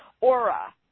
aura